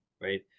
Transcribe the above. right